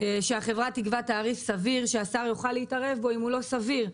שהחברה תקבע תעריף סביר והשר יוכל להתערב בו אם הוא לא סביר.